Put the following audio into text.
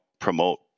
promote